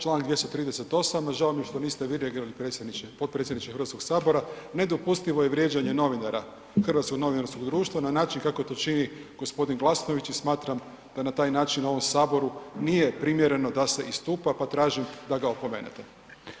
Članak 238. žao mi je niste …/nerazumljivo/… potpredsjedniče Hrvatskog sabora, nedopustivo je vrijeđanje novinara, Hrvatskog novinarskog društva na način kako to čini gospodin Glasnović i smatram da na taj način u ovom saboru nije primjereno da se istupa pa tražim da ga opomenete.